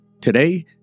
Today